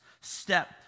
step